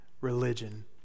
religion